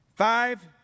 Five